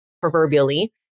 proverbially